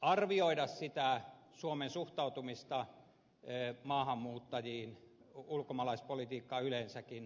arvioida sitä suomen suhtautumista maahanmuuttajiin ulkomaalaispolitiikkaan yleensäkin